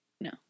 No